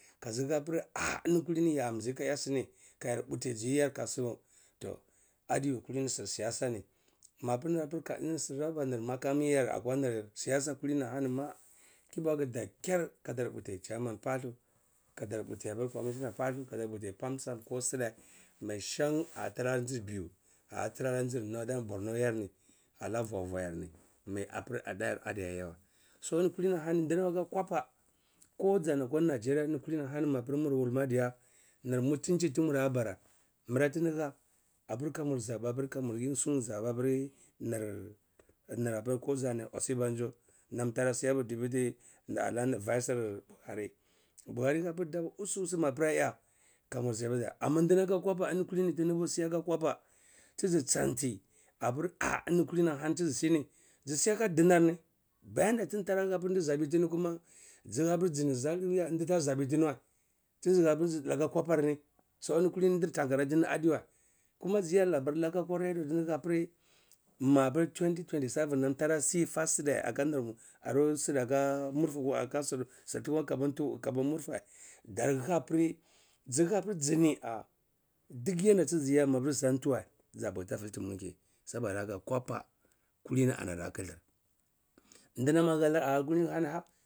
Kaziha pir-ah eni kulini zamizi ka-yah sini kayar putiji yarkasini toh adini kulini cir siyasa ni mapir nampir ka eni cirraba makami yar apa nir siyasa kulini ahani ma kibaku dakyar kadar puti chairman pullu kadar puti commissioner pullu, khaddar puti pamsec. Ko sirde, mai shan adatira aji biu aha ajinir norther borno yarni ana vwavua ni mai apir anayar adiaya wa so eni kilini ahani ndinam ti aka kwapa koh zana akwa nijeria nir kuhni hani naa diya nir mutinchi tiyarabara mara tindi hah apir kamur za’aba pir kamur use suni za’apir nir osibanjo nam tara siyanamur dibity ana ara nir cice buhari, buhari pir usu-usu mapir ayah, kamur siyar amma ndinam aka kwapa eni kullini tidi nuwa siya’akwa kwapa tisi sauti apir-ah eni ahani tizisini zisi aka dinar ni bayan da tide hapir ndi zabeh tini kuma zihab zini zandiya ndi ta zabeh tini wa, tzihan pir zi dilba aka kwapar ni so eni kulini dir tankareh tini adiwa kuma ziga laba laka apir mapir 2027 namtara si fa sideh aka nir aka kabu murfeh darhahpir zihahpir zini-ah dik yanda tiziya mapir zitatiweh zabaiti fulti mulki, saboda haka kwapa kulini ani ada khtirl nanam tara hani ani apir-ah.